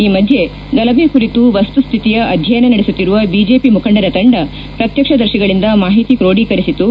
ಈ ಮಧ್ಯೆ ಗಲಭೆ ಕುರಿತು ವಸ್ತುತ್ವಿತಿಯ ಅಧ್ಯಯನ ನಡೆಸುತ್ತಿರುವ ಬಿಜೆಪಿ ಮುಖಂಡರ ತಂಡ ಪ್ರತ್ಯಕ್ಷದರ್ತಿಗಳಿಂದ ಮಾಹಿತಿ ಕ್ರೋಢಿಕರಿಸಿತು